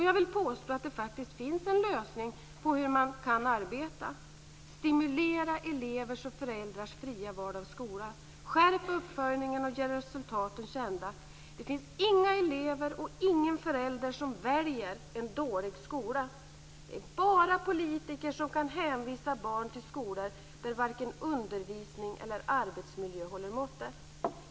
Jag vill påstå att det faktiskt finns en lösning på hur man kan arbeta. Stimulera elevers och föräldrars fria val av skola. Skärp uppföljningen och gör resultaten kända. Det finns inga elever och ingen förälder som väljer en dålig skola. Det är bara politiker som kan hänvisa barn till skolor där varken undervisning eller arbetsmiljö håller måttet.